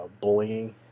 bullying